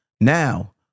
Now